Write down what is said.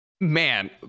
Man